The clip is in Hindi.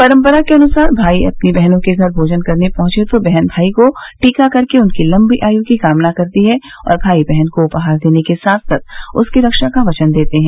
परंपरा के अनुसार भाई अपनी बहनों के घर भोजन करने पहुंचे तो बहन भाई को टीका करके उनकी लम्बी आयु की कामना करती हैं और भाई बहन को उपहार देने के साथ साथ उनकी रक्षा का वचन देते हैं